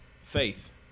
Faith